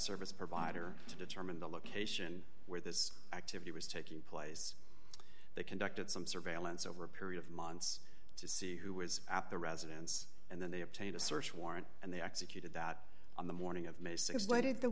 service provider to determine the location where this activity was taking place they conducted some surveillance over a period of months to see who was at the residence and then they obtained a search warrant and they executed that on the morning of may th laid the